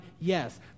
yes